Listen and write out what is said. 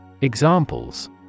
Examples